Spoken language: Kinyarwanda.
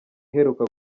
iheruka